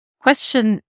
question